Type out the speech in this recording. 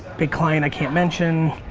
big client i can't mention.